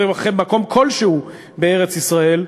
במקום כלשהו בארץ-ישראל,